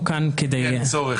אין צורך.